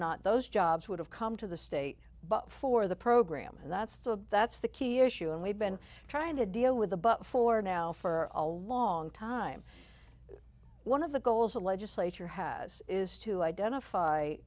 not those jobs would have come to the state but for the program that's so that's the key issue and we've been trying to deal with the but for now for a long time one of the goals the legislature has is to identify